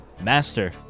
Master